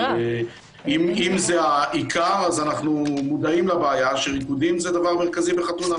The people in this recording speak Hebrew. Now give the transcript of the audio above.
אבל אם זה העיקר אז אנחנו מודעים לבעיה שריקודים הם דבר מרכזי בחתונה.